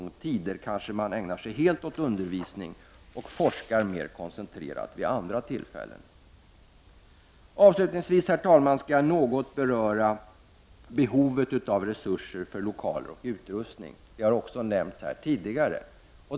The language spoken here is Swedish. Vissa tider kanske man ägnar sig helt åt undervisning och forskar mer koncentrerat vid andra tillfällen. Herr talman! Avslutningsvis skall jag något beröra behovet av resurser för lokaler och utrustning, det är en fråga som har nämnts tidigare.